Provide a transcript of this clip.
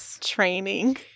Training